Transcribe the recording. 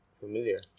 familiar